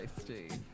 Steve